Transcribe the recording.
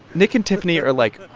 nick and tiffany are like,